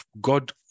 God